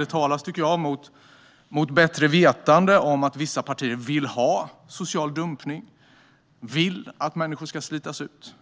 Det talas mot bättre vetande om att vissa partier vill ha social dumpning, vill att människor ska slitas ut,